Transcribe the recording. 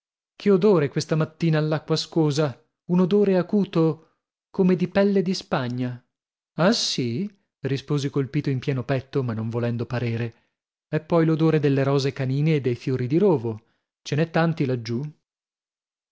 che odore questa mattina all'acqua ascosa un odore acuto come di pelle di spagna ah sì risposi colpito in pieno petto ma non volendo parere è poi l'odore delle rose canine e dei fiori di rovo ce n'è tanti laggiù